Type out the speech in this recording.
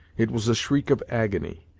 it was a shriek of agony,